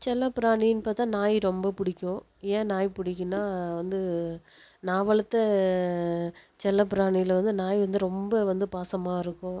செல்லப் பிராணின்னு பார்த்தா நாய் ரொம்ப பிடிக்கும் ஏன் நாய் பிடிக்குன்னா வந்து நான் வளர்த்த செல்லப் பிராணியில் வந்து நாய் வந்து ரொம்ப வந்து பாசமாக இருக்கும்